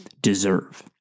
deserve